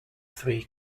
three